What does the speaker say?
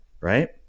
right